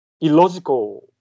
illogical